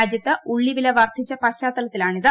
രാജ്യത്ത് ഉള്ളി വില വർദ്ധിച്ച പശ്ചാത്തലത്തിലാണിത്